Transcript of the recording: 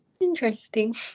Interesting